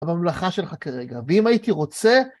הממלכה שלך כרגע, ואם הייתי רוצה...